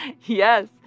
Yes